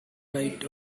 right